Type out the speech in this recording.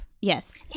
Yes